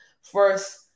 first